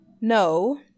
No